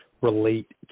relate